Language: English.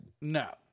No